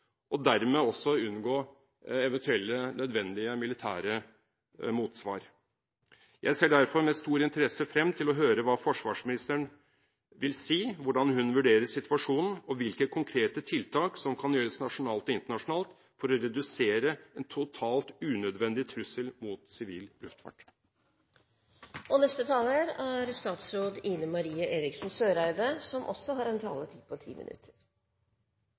og at man dermed kan unngå eventuelle nødvendige militære motsvar. Jeg ser derfor med stor interesse frem til å høre hva forsvarsministeren vil si – hvordan hun vurderer situasjonen, og hvilke konkrete tiltak som kan gjøres nasjonalt og internasjonalt for å redusere en totalt unødvendig trussel mot sivil luftfart. Jeg vil først benytte anledningen til å takke interpellanten for å ta opp et veldig viktig og også